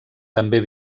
també